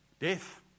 death